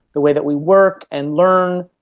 the way that we work and learn,